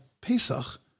Pesach